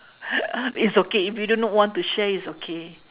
uh it's okay if you do not want to share it's okay